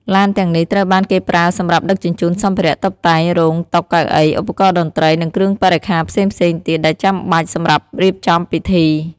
ឡានទាំងនេះត្រូវបានគេប្រើសម្រាប់ដឹកជញ្ជូន សម្ភារៈតុបតែង រោង តុ កៅអី ឧបករណ៍តន្រ្តី និងគ្រឿងបរិក្ខារផ្សេងៗទៀតដែលចាំបាច់សម្រាប់រៀបចំពិធី។